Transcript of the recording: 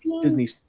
Disney